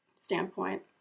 standpoint